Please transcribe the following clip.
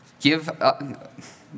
give